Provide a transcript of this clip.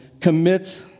commits